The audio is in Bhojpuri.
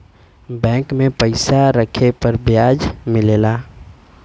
बैंक में पइसा रखे पर बियाज मिलला